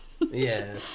yes